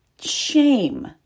shame